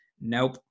Nope